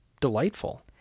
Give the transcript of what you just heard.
delightful